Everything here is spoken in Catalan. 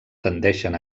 tendeixen